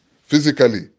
physically